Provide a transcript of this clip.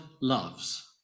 loves